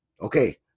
Okay